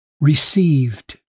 received